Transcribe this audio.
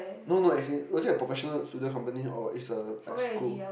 no no as in was it a professional studio company or is a like school